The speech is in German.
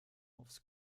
aufs